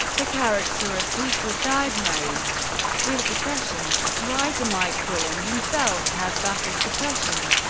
the character of pete was diagnosed with depression. writer mike bullen himself has battled depression.